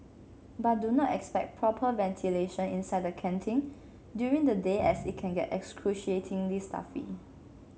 but do not expect proper ventilation inside the canteen during the day as it can get excruciatingly stuffy